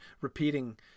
repeating